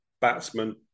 batsman